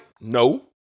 No